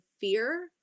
fear